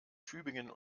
tübingen